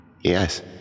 Yes